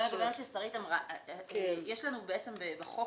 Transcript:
ששרית אמרה יש לנו בחוק,